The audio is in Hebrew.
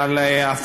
ועל השוויון בנטל,